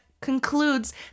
concludes